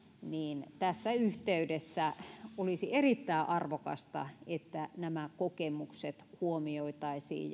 niin tässä yhteydessä olisi erittäin arvokasta että nämä kokemukset huomioitaisiin